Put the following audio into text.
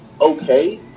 okay